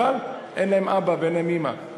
אבל אין להם אבא ואין להם אימא,